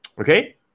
Okay